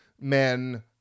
Men